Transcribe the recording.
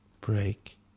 break